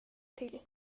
till